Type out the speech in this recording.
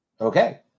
okay